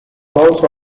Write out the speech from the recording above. also